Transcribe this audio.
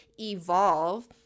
evolve